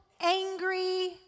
angry